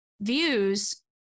views